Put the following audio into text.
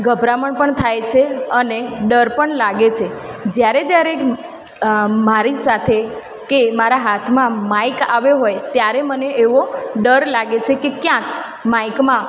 ગભરામણ પણ થાય છે અને ડર પણ લાગે છે જયારે જયારે અ મારી સાથે કે મારા હાથમાં માઈક આવ્યો હોય ત્યારે મને એવો ડર લાગે છે કે ક્યાંક માઈકમાં